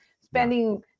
spending